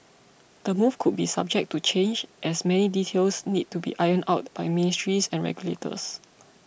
the move could be subject to change as many details need to be ironed out by ministries and regulators